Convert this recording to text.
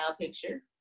picture